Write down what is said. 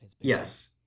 Yes